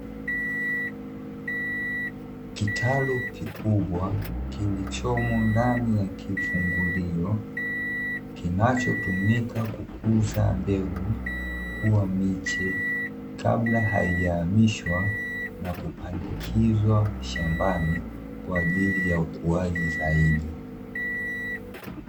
Kitalu kikubwa kilichomo ndani ya kifungulio, kinachotumika kukuza mbegu kuwa miche kabla haijahamishwa na kupandikizwa shambani kwa ajili ya ukuaji zaidi.